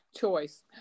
choice